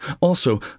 Also